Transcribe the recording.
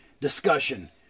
discussion